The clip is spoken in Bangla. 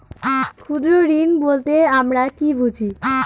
ক্ষুদ্র ঋণ বলতে আমরা কি বুঝি?